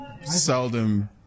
Seldom